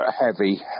Heavy